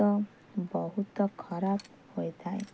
ବହୁତ ଖରାପ ହୋଇଥାଏ